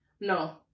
no